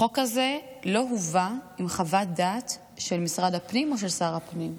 החוק הזה לא הובא עם חוות דעת של משרד הפנים או של שר הפנים.